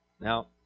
Now